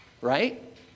right